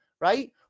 right